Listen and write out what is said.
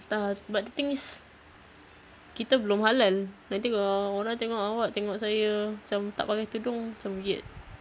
entah but the this is kita belum halal nanti kalau orang tengok awak tengok saya macam tak pakai tudung macam weird